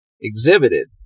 exhibited